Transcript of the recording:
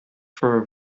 for